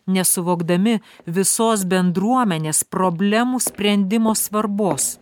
nesuvokdami visos bendruomenės problemų sprendimo svarbos